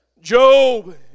Job